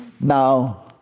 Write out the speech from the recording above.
Now